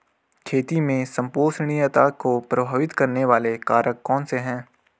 खेती में संपोषणीयता को प्रभावित करने वाले कारक कौन से हैं?